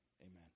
amen